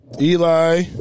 Eli